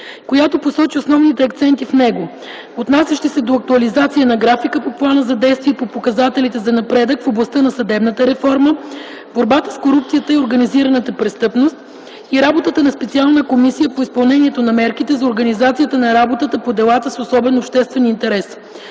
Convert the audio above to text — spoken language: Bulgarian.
която посочи основните акценти в него, отнасящи се до актуализация на графика по Плана за действие по показателите за напредък в областта на съдебната реформа, борбата с корупцията и организираната престъпност и работата на специална Комисия по изпълнението на мерките за организацията на работата по делата с особен обществен интерес.